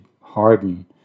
harden